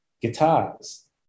guitars